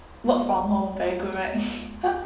work from home very good right